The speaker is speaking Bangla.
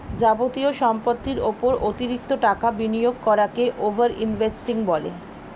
যাবতীয় সম্পত্তির উপর অতিরিক্ত টাকা বিনিয়োগ করাকে ওভার ইনভেস্টিং বলে